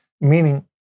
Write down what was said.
meaning